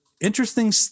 interesting